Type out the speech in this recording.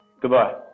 Goodbye